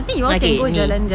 okay ni